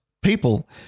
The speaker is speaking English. people